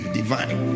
divine